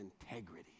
integrity